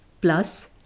Plus